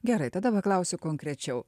gerai tada paklausiu konkrečiau